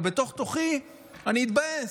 אבל בתוך-תוכי אני אתבאס,